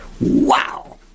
wow